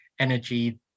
energy